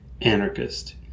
anarchist